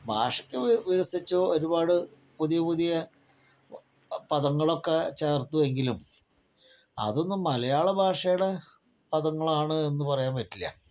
ഭാഷക്ക് വികസിച്ചോ ഒരുപാട് പുതിയ പുതിയ പദങ്ങളൊക്കെ ചേർത്തു എങ്കിലും അതൊന്നും മലയാളഭാഷയുടെ പദങ്ങളാണ് എന്ന് പറയാൻ പറ്റില്ല